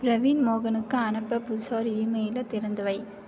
பிரவீன் மோகனுக்கு அனுப்ப புதுசாக ஒரு இமெயிலை திறந்துவை